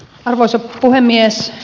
arvoisa puhemies